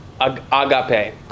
agape